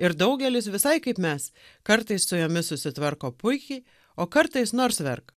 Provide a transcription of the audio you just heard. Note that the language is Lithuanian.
ir daugelis visai kaip mes kartais su jomis susitvarko puikiai o kartais nors verk